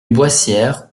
boissière